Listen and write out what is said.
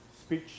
speech